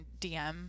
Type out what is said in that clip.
DM